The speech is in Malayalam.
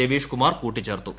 രവീഷ് കുമാർ കൂട്ടിച്ചേർത്തു